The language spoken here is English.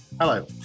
Hello